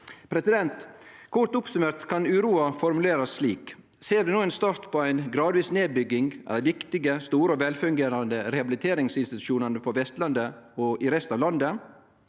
tilbod. Kort oppsummert kan uroa formulerast slik: Ser vi no ein start på ei gradvis nedbygging av dei viktige, store og velfungerande rehabiliteringsinstitusjonane på Vestlandet og i resten av landet?